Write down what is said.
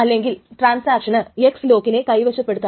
അല്ലെങ്കിൽ transaction X ലോക്കിനെ കൈവശപ്പെടുത്തണം